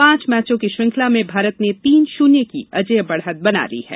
पांच मैचों की श्रृंखला में भारत ने तीन शून्य की अजेय बढ़त बना ली है